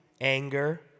anger